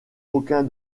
aucun